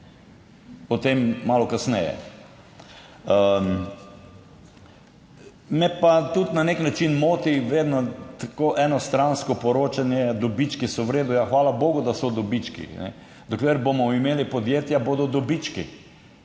O tem malo kasneje. Me pa tudi na nek način moti vedno tako enostransko poročanje. Dobički so v redu? Ja, hvala bogu, da so dobički. Dokler bomo imeli podjetja, bodo dobički.